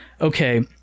okay